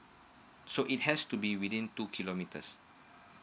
so it has to be within two kilometres